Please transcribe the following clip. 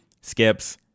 skips